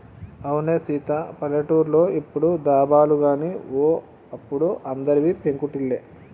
అవునే సీత పల్లెటూర్లో ఇప్పుడు దాబాలు గాని ఓ అప్పుడు అందరివి పెంకుటిల్లే